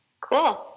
Cool